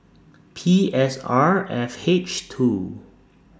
P S R F H two